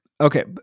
Okay